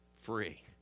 free